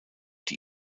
die